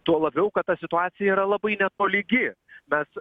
tuo labiau kad ta situacija yra labai netolygi mes